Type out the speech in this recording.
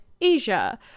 asia